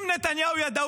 אם נתניהו ידע,